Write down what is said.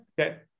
okay